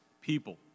people